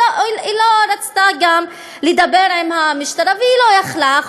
היא גם לא רצתה לדבר עם המשטרה, והיא לא יכלה.